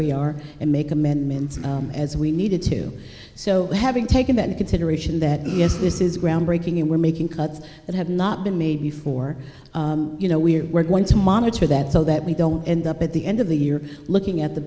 we are and make amendments as we needed to so having taken that in consideration that yes this is groundbreaking and we're making cuts that have not been made before you know we're we're going to monitor that so that we don't end up at the end of the year looking at the